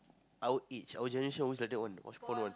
our age our generation always like that one watch porn one